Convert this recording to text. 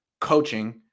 coaching